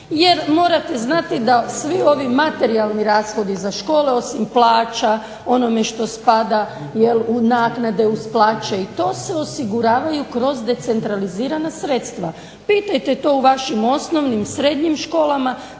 Jer morate znati da svi ovi materijalni rashodi za škole osim plaća, onome što spada u naknade uz plaće se osiguravaju kroz decentralizirana sredstva. Pitajte to u vašim osnovnim, srednjim školama,